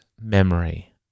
memory